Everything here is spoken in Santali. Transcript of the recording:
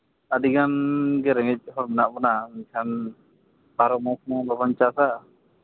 ᱟᱹᱰᱤᱜᱟᱱ ᱜᱮ ᱨᱮᱸᱜᱮᱡ ᱦᱚᱲ ᱢᱮᱱᱟᱜ ᱵᱚᱱᱟ ᱢᱮᱱᱠᱷᱟᱱ ᱵᱟᱨᱚ ᱢᱟᱥ ᱢᱟ ᱵᱟᱵᱚᱱ ᱪᱟᱥᱟ